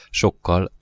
sokkal